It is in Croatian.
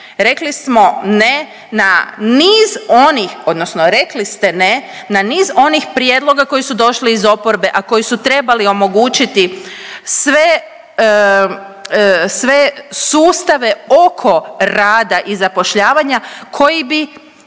Rekli smo ne na niz onih, odnosno rekli ste ne na niz onih prijedloga koji su došli iz oporbe, a koji su trebali omogućiti sve, sve sustave oko rada i zapošljavanja koji bi